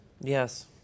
Yes